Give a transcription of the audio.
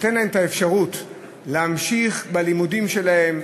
נותן להן את האפשרות להמשיך בלימודים שלהן,